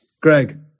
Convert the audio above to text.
Greg